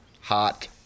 hot